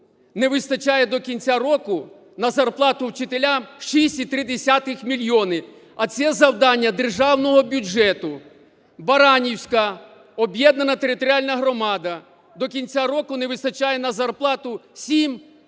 не вистачає до кінця року на зарплату вчителям 6,3 мільйони, а це завдання державного бюджету, Баранівська об'єднана територіальна громада – до кінця року не вистачає на зарплату 7,2 мільйона